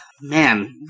man